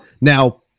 Now